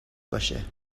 باشه